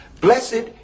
Blessed